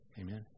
Amen